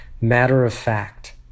matter-of-fact